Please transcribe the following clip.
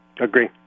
Agree